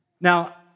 Now